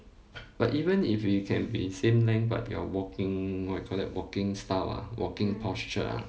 but even if you can be same length but your walking what you call that walking style ah walking posture ah